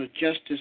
Justice